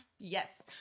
Yes